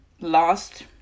lost